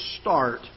start